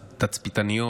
תצפיתניות.